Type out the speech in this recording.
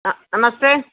नमस्ते